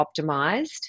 optimized